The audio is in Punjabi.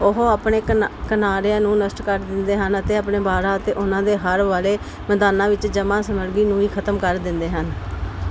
ਉਹ ਆਪਣੇ ਕਿਨਾ ਕਿਨਾਰਿਆਂ ਨੂੰ ਨਸ਼ਟ ਕਰ ਦਿੰਦੇ ਹਨ ਅਤੇ ਆਪਣੇ ਬਾੜਾਂ ਅਤੇ ਉਨ੍ਹਾਂ ਦੇ ਹੜ੍ਹ ਵਾਲੇ ਮੈਦਾਨਾਂ ਵਿੱਚ ਜਮ੍ਹਾਂ ਸਮੱਰਗੀ ਨੂੰ ਖ਼ਤਮ ਕਰ ਦਿੰਦੇ ਹਨ